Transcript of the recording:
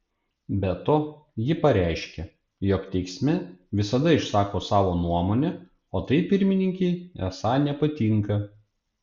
be to ji pareiškė jog teisme visada išsako savo nuomonę o tai pirmininkei esą nepatinka